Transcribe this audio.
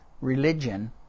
Religion